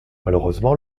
malheureusement